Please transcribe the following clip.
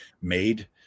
made